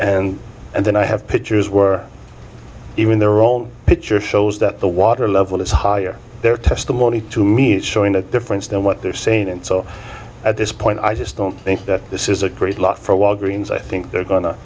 and and then i have pictures were even their own picture shows that the water level is higher their testimony to me is showing the difference in what they're saying and so at this point i just don't think that this is a great loss for walgreens i think they're go